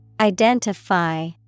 Identify